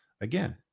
again